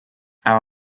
our